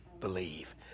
believe